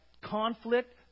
conflict